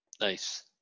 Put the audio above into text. Nice